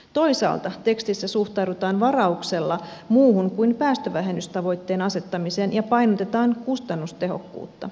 toisaalta tekstissä suhtaudutaan varauksella muuhun kuin päästövähennystavoitteen asettamiseen ja painotetaan kustannustehokkuutta